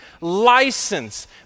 license